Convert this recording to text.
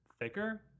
thicker